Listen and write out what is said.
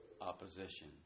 opposition